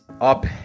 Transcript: up